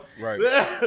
Right